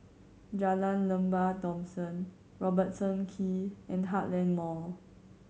Jalan Lembah Thomson Robertson Quay and Heartland Mall